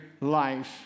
life